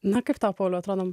nukirto polio atrodome